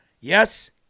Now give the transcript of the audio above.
Yes